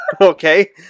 okay